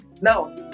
Now